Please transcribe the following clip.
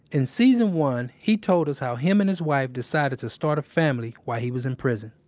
in season one, he told us how him and his wife decided to start a family while he was in prison.